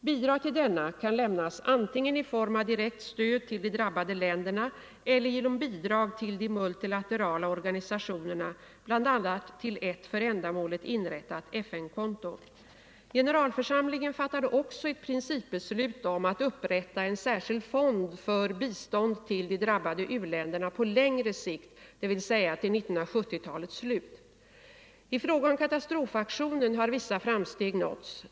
Bidrag till denna kan läm = pen nas antingen i form av direkt stöd till de drabbade länderna eller genom bidrag till de multilaterala organisationerna, bl.a. till ett för ändamålet inrättat FN-konto. Generalförsamlingen fattade också ett principbeslut om att upprätta en särskild fond för bistånd till de drabbade u-länderna på längre sikt, dvs. till 1970-talets slut. I fråga om katastrofaktionen har vissa framsteg nåtts.